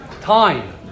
time